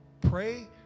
pray